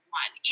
one